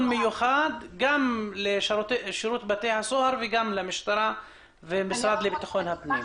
עם שירות בתי הסוהר והמשרד לביטחון הפנים.